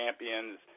Champions